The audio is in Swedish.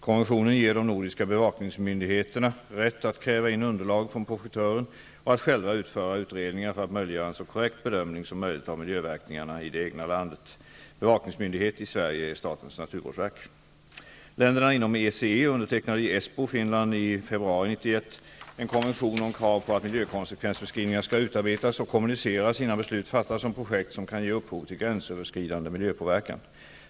Konventionen ger de nordiska ''bevaknigsmyndigheterna'' rätt att kräva in underlag från projektören eller att själva utföra utredningar för att möjliggöra en så korrekt bedömning som möjligt av miljöverkningarna i det egna landet. Bevakningsmyndighet i Sverige är statens naturvårdsverk. Finland, i februari 1991 en konvention om krav på att miljökonsekvensbeskrivningar skall utarbetas och kommuniceras innan beslut fattas om projekt som kan ge upphov till gränsöverskridande miljöpåverkan.